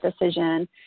decision